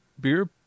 beer